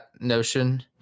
notion